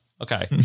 Okay